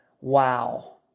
Wow